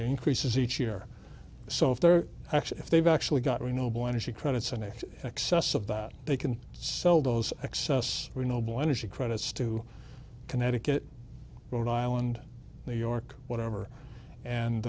increases each year so if they're actually if they've actually got renewable energy credits and if excess of that they can sell those excess renewable energy credits to connecticut rhode island new york whatever and